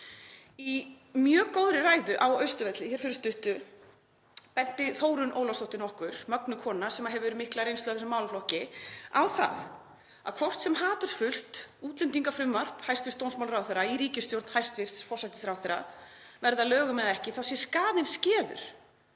Í mjög góðri ræðu á Austurvelli fyrir stuttu benti Þórunn nokkur Ólafsdóttir, mögnuð kona sem hefur mikla reynslu af þessum málaflokki, á það að hvort sem hatursfullt útlendingafrumvarp hæstv. dómsmálaráðherra í ríkisstjórn hæstv. forsætisráðherra verður að lögum eða ekki þá sé skaðinn skeður